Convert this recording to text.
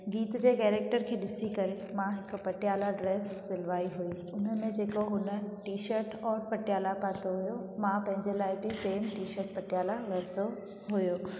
गीत जे कैरेक्टर खे ॾिसी करे मां हिकु पटियाला ड्रेस सिलवाई हुई उन में जेको हुन टी शट और पटियाला पातो हुओ मां पंहिंजे लाइ बि सेम टी शट पटियाला वरितो हुओ